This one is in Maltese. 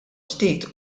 ġdid